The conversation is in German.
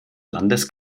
landes